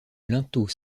linteaux